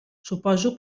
suposo